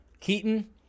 Keaton